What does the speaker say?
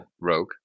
Rogue